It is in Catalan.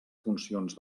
funcions